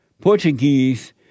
Portuguese